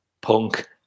Punk